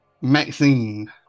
Maxine